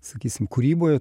sakysim kūryboje